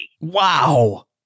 Wow